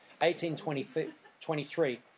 1823